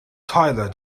tyler